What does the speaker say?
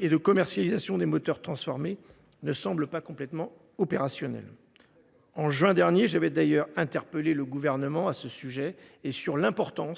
et de commercialisation des moteurs transformés ne semblent pas complètement opérationnelles. Nous sommes d’accord ! En juin dernier, j’avais d’ailleurs interpellé le Gouvernement à ce sujet, en mettant